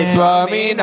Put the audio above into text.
Swami